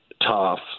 tough